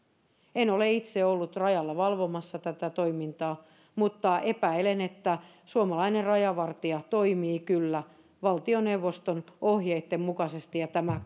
en ole itse ollut rajalla valvomassa tätä toimintaa mutta epäilen että suomalainen rajavartija toimii kyllä valtioneuvoston ohjeitten mukaisesti ja tämä